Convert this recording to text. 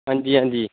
हां जी हां जी